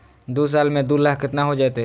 दू साल में दू लाख केतना हो जयते?